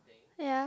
ya